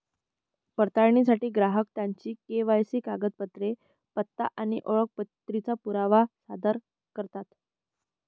पडताळणीसाठी ग्राहक त्यांची के.वाय.सी कागदपत्रे, पत्ता आणि ओळखीचा पुरावा सादर करतात